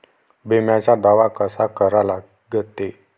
बिम्याचा दावा कसा करा लागते?